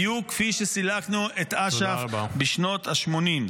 בדיוק כפי שסילקנו את אש"ף בשנות השמונים.